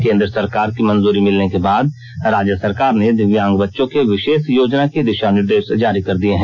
केन्द्र सरकार की मंजूरी मिलने के बाद राज्य सरकार ने दिव्यांग बच्चों के विशेष योजना की दिशा निर्देश जारी कर दिये हैं